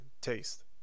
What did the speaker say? taste